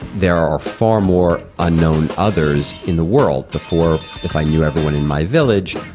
there are far more unknown others in the world. before, if i knew everyone in my village,